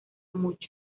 mucho